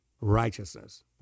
righteousness